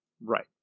Right